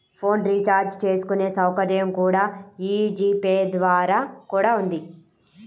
phone recharge చేసుకునే సౌకర్యం కూడా యీ జీ పే ద్వారా కూడా ఉంది